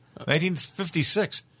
1956